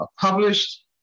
published